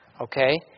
Okay